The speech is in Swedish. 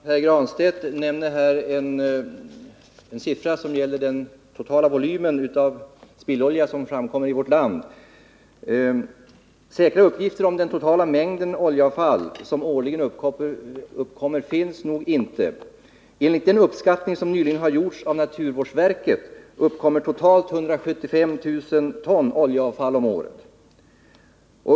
Herr talman! Pär Granstedt nämner här en siffra som gäller den totala volym spillolja som uppkommer i vårt land. Säkra uppgifter om den totala mängden oljeavfall som årligen uppkommer finns nog inte. Enligt den uppskattning som nyligen gjordes av naturvårdsverket uppkommer totalt 175 000 ton oljeavfall om året.